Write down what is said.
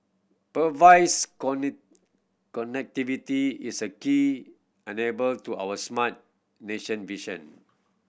connectivity is a key enable to our smart nation vision